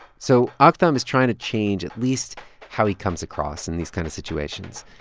so ah aktham is trying to change at least how he comes across in these kinds of situations.